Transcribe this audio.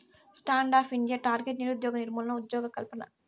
stand up India target నిరుద్యోగ నిర్మూలన, ఉజ్జోగకల్పన